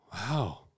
Wow